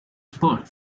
spot